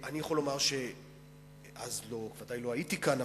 ואני יכול לומר שאז ודאי לא הייתי כאן,